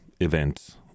event